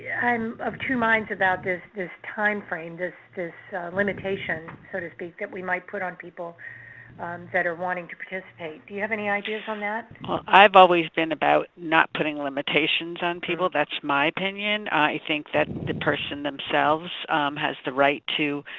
and of two minds about this this timeframe, this this limitation, so to speak, that we might put on people that are wanting to participate. do you have any ideas on that? i've always been about not putting limitations on people. that's my opinion. i think that the person themselves has the right to